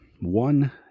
one